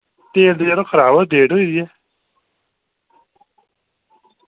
तेल ते यरो खराब ऐ डेट होई दी ऐ